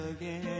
again